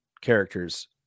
characters